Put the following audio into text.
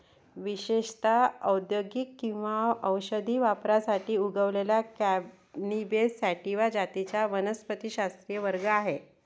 विशेषत औद्योगिक किंवा औषधी वापरासाठी उगवलेल्या कॅनॅबिस सॅटिवा जातींचा वनस्पतिशास्त्रीय वर्ग आहे